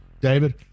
David